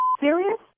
serious